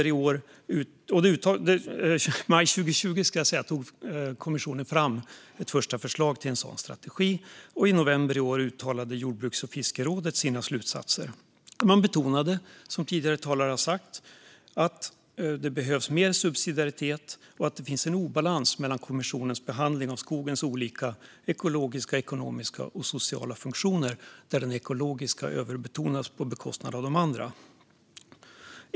I maj 2020 tog kommissionen fram ett första förslag till en sådan strategi, och i november i år uttalade jordbruks och fiskerådet sina slutsatser. Man betonade, som tidigare talare har sagt, att det behövs mer subsidiaritet och att det finns en obalans mellan kommissionens behandling av skogens olika ekologiska, ekonomiska och sociala funktioner där den ekologiska överbetonas på bekostnad av de andra.